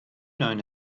known